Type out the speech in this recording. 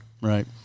right